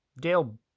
Dale